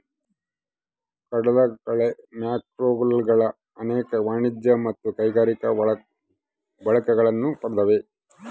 ಕಡಲಕಳೆ ಮ್ಯಾಕ್ರೋಲ್ಗೆಗಳು ಅನೇಕ ವಾಣಿಜ್ಯ ಮತ್ತು ಕೈಗಾರಿಕಾ ಬಳಕೆಗಳನ್ನು ಪಡ್ದವ